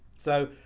so.